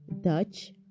Dutch